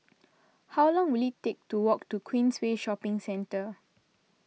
how long will it take to walk to Queensway Shopping Centre